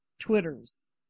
Twitter's